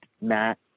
Matt